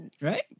Right